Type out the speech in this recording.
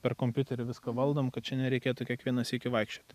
per kompiuterį viską valdom kad čia nereikėtų kiekvieną sykį vaikščioti